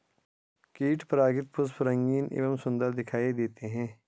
कीट परागित पुष्प रंगीन एवं सुन्दर दिखाई देते हैं